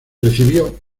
recibió